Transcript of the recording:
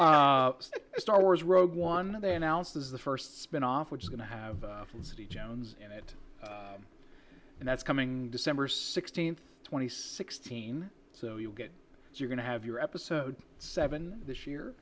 t star wars rogue one they announced is the first spin off which is going to have a city jones in it and that's coming december sixteenth twenty sixteen so you get you're going to have your episode seven this year